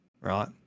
right